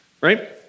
right